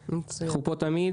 בן כמה הוא וכולי,